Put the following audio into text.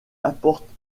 apporte